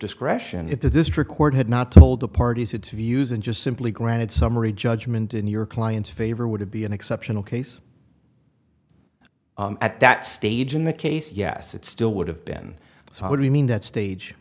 discretion if the district court had not told the parties its views and just simply granted summary judgment in your client's favor would it be an exceptional case at that stage in the case yes it still would have been so how do you mean that stage